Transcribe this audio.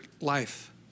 life